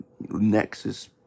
Nexus